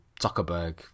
Zuckerberg